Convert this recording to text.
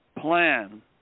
plan